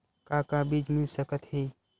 का का बीज मिल सकत हे?